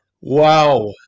Wow